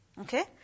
Okay